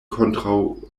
kontraŭ